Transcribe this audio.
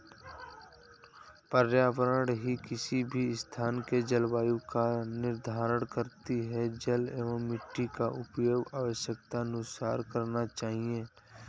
पर्यावरण ही किसी भी स्थान के जलवायु का निर्धारण करती हैं जल एंव मिट्टी का उपयोग आवश्यकतानुसार करना चाहिए